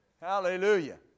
Hallelujah